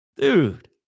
Dude